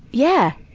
yeah!